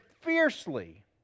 fiercely